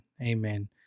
Amen